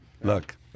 Look